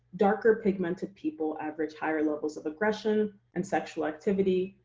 darker-pigmented people average higher levels of aggression and sexual activity,